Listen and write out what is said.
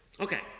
Okay